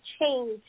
change